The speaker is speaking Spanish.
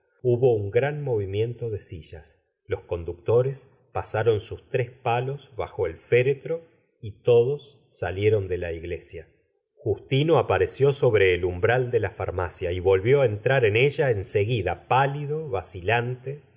hubo un gran movimiento de sillas los conductores pasaron sus tres palos bajo el féretro y todos salieron de la iglesia justino apareció sobre el umbral de la farmacia y volvió á entrar en ella en seguida pálido vacilante